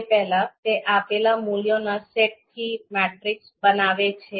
તે આપેલા મૂલ્યોના સેટથી મેટ્રિક્સ બનાવે છે